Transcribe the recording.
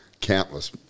countless